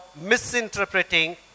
misinterpreting